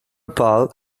pal